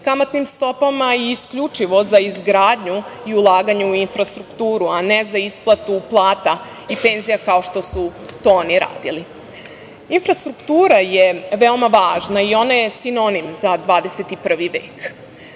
kamatnim stopama i isključivo za izgradnju i ulaganje u infrastrukturu, a ne za isplatu plata i penzija, kao što su to oni radili. Infrastruktura je veoma važna i ona je sinonim za 21. vek.